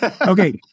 Okay